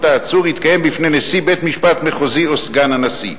העצור יתקיים בפני נשיא בית-המשפט המחוזי או סגן הנשיא.